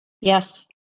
Yes